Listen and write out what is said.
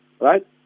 Right